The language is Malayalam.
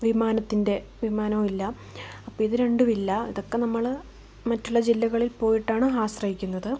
വിമാനത്തിന്റെ വിമാനവും ഇല്ല അപ്പം ഇതുരണ്ടും ഇല്ല അതൊക്കെ നമ്മള് മറ്റുള്ള ജില്ലകളില് പോയിട്ടാണ് ആശ്രയിക്കുന്നത്